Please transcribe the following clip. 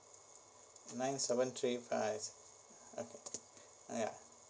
nine seven three five okay ya